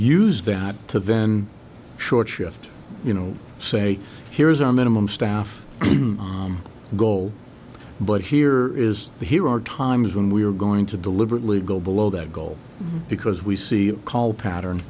used that to then short shift you know say here's our minimum staff goal but here is the here are times when we are going to deliberately go below that goal because we see the call pattern